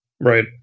Right